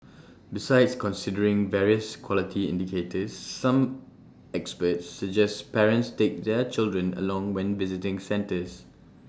besides considering various quality indicators some experts suggest parents take their children along when visiting centres